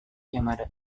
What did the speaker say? yamada